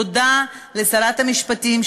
תודה לשרת המשפטים,